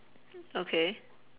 okay